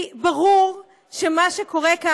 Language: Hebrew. כי ברור שמה שקורה כאן,